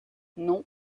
non